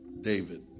David